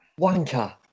Wanker